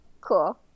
Cool